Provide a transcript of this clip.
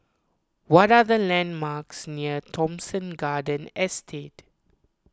what are the landmarks near Thomson Garden Estate